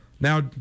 now